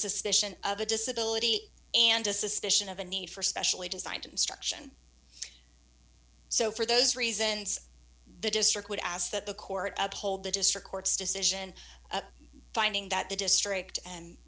suspicion of a disability and a suspicion of a need for specially designed to instruction so for those reasons the district would ask that the court uphold the district court's decision finding that the district and